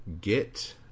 get